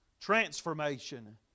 transformation